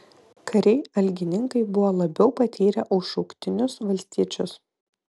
kariai algininkai buvo labiau patyrę už šauktinius valstiečius